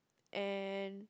and